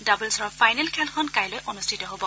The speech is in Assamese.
ডাবলছৰ ফাইনেল খেলখন কাইলৈ অনুষ্ঠিত হ'ব